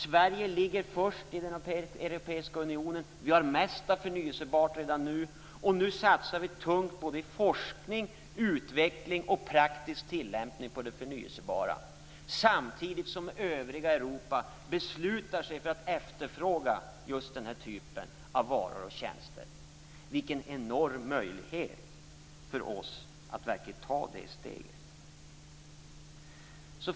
Sverige ligger först i den europeiska unionen. Vi har mest av förnybar energi redan nu. Nu satsar vi tungt - i forskning, utveckling och praktisk tillämpning - på det förnybara, samtidigt som övriga Europa beslutar att efterfråga just den här typen av varor och tjänster. Vilken enorm möjlighet för oss att verkligen ta det steget!